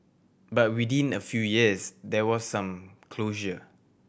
but within a few years there was some closure